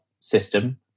system